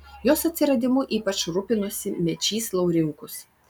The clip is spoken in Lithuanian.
jos atsiradimu ypač rūpinosi mečys laurinkus